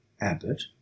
Abbot